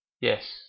Yes